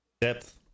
Depth